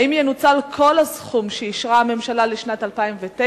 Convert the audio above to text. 3. האם ינוצל כל הסכום שאישרה הממשלה לשנת 2009?